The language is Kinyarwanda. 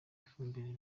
ifumbire